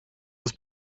les